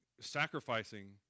sacrificing